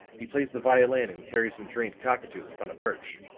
he plays the violin and carries some trained cockatoos upon a perch.